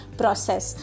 process